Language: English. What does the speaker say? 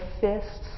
fists